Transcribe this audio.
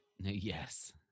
Yes